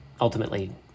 Ultimately